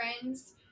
friends